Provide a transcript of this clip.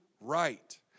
right